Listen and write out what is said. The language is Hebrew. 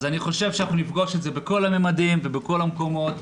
אז אני חושב שאנחנו נפגוש את זה בכל הממדים ובכל המקומות.